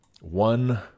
one